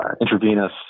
intravenous